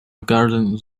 regarding